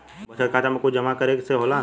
बचत खाता मे कुछ जमा करे से होला?